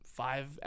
five